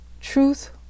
truth